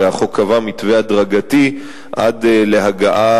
הרי החוק קבע מתווה הדרגתי עד להגעה,